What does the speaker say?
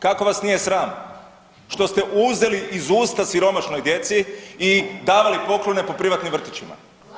Kako vas nije sram što ste uzeli iz usta siromašnoj djeci i davali poklone po privatnim vrtićima?